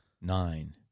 Nine